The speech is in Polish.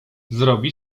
zrobi